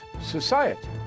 society